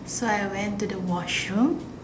so I went to the washroom